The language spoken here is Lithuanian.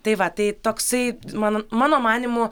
tai va tai toksai mano mano manymu